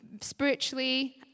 spiritually